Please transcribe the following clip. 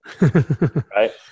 Right